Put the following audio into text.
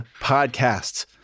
podcasts